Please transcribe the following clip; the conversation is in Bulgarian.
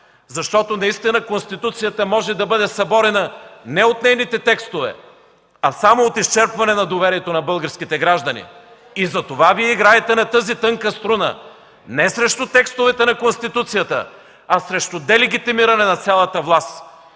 Защото наистина Конституцията може да бъде съборена не от нейните текстове, а само от изчерпване на доверието на българските граждани. И затова Вие играете на тази тънка струна – не срещу текстовете на Конституцията, а за делегитимиране на цялата власт.